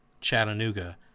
chattanooga